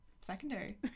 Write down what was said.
secondary